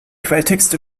quelltext